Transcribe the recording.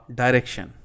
direction